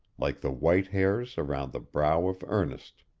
like the white hairs around the brow of ernest.